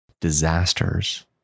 disasters